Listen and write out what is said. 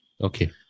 Okay